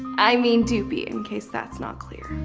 i mean doopey in case that's not clear.